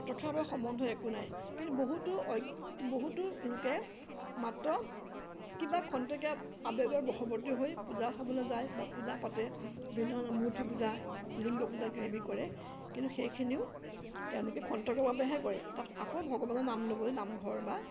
প্ৰত্যক্ষভাৱে সম্বন্ধ একো নাই কিন্তু বহুতো বহুতো লোকে মাত্ৰ কিবা খন্তেকীয়া আৱেগৰ বশৱৰ্তী হৈ পূজা চাবলৈ যায় বা পূজা পাতে বিভিন্ন ধৰণৰ মূৰ্তি পূজা লিংগ পূজা কিবাকিবি কৰে কিন্তু সেইখিনিও তেওঁলোকে খন্তেকৰ বাবেহে কৰে তাৰপাছত আকৌ ভগৱানৰ নাম ল'বলৈ নামঘৰ বা